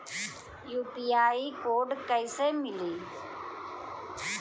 UPI code कैसे मिली?